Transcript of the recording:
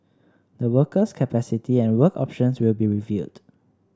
the worker's capacity and work options will be reviewed